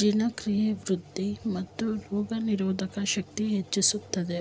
ಜೀರ್ಣಕ್ರಿಯೆ ವೃದ್ಧಿ, ಮತ್ತು ರೋಗನಿರೋಧಕ ಶಕ್ತಿ ಹೆಚ್ಚಿಸುತ್ತದೆ